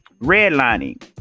redlining